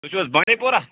تُہۍ چھُو حظ بانٛڈی پوٗرا